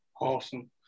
Awesome